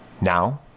Now